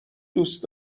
دوست